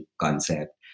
concept